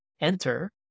Enter